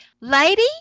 lady